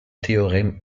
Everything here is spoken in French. théorème